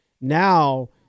Now